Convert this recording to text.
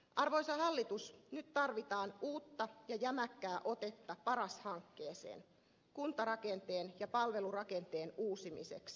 arvoisa hallitus nyt tarvitaan uutta ja jämäkkää otetta paras hankkeeseen kuntarakenteen ja palvelurakenteen uusimiseksi